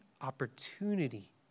opportunity